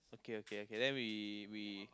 okay okay okay then we we